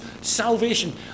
salvation